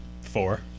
Four